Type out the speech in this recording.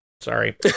Sorry